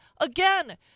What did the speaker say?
again